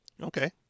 Okay